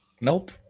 Nope